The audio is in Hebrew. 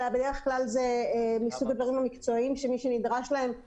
בדרך כלל זה מסוג הדברים המקצועיים שמי שנדרש להם זה הגורמים מקצועיים.